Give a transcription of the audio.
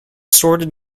sorted